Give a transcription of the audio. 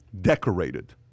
decorated